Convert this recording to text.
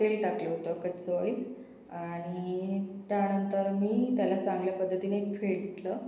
तेल टाकलं होतं कच्चं ऑईल आणि त्यानंतर मी त्याला चांगल्या पद्धतीने फेटलं